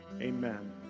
amen